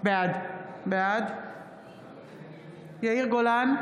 בעד יאיר גולן,